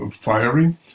firing